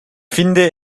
finde